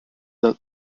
their